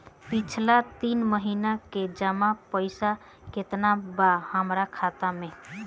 पिछला तीन महीना के जमा पैसा केतना बा हमरा खाता मे?